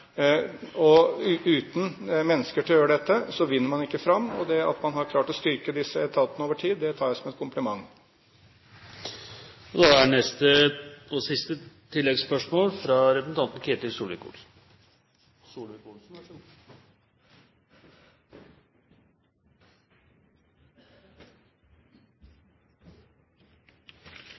Uten mennesker til å gjøre dette vinner man ikke fram. Det at man har klart å styrke disse etatene over tid, tar jeg som en kompliment.